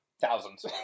Thousands